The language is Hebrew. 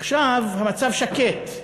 עכשיו המצב שקט.